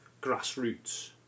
grassroots